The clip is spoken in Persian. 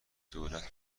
دولت